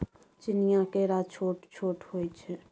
चीनीया केरा छोट छोट होइ छै